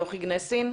יוכי גנסין.